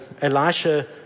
Elisha